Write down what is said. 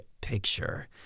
picture